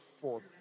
fourth